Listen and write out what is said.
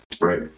right